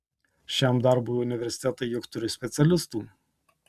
šiam darbui universitetai juk turi specialistų